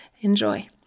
Enjoy